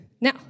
Now